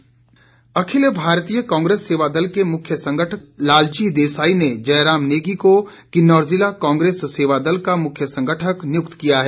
नियुक्ति अखिल भारतीय कांग्रेस सेवा दल के मुख्य संगठक लालजी देसाई ने जयराम नेगी को किन्नौर ज़िला कांग्रेस सेवादल का मुख्य संगठक नियुक्त किया है